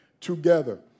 together